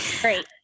great